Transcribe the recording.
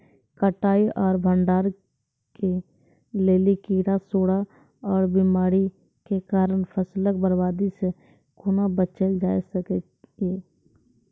कटाई आर भंडारण के लेल कीड़ा, सूड़ा आर बीमारियों के कारण फसलक बर्बादी सॅ कूना बचेल जाय सकै ये?